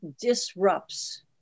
disrupts